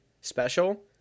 special